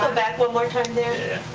back one more time there.